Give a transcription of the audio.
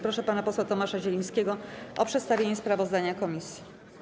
Proszę pana posła Tomasza Zielińskiego o przedstawienie sprawozdania komisji.